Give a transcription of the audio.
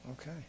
Okay